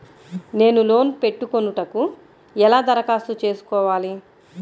నేను లోన్ పెట్టుకొనుటకు ఎలా దరఖాస్తు చేసుకోవాలి?